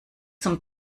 zum